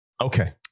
Okay